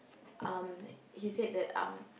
um he said that um